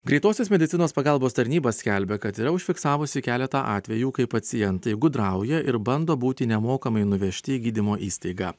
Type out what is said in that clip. greitosios medicinos pagalbos tarnyba skelbia kad yra užfiksavusi keletą atvejų kai pacientai gudrauja ir bando būti nemokamai nuvežti į gydymo įstaigą